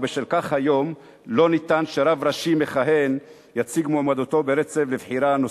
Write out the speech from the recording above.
ובשל כך היום לא ניתן לרב ראשי מכהן להציג מועמדותו ברצף לבחירה נוספת.